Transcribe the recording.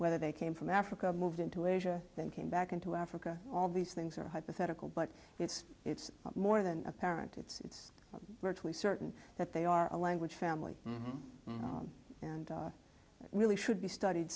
whether they came from africa moved into asia they came back into africa all these things are hypothetical but it's more than apparent it's virtually certain that they are a language family and really should be studied